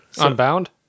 Unbound